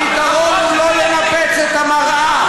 הפתרון הוא לא לנפץ את המראה.